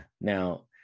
Now